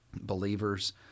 believers